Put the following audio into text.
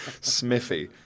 Smithy